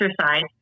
exercise